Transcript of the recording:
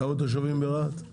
כמה תושבים יש ברהט?